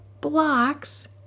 blocks